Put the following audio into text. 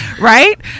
Right